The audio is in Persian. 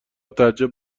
تعجب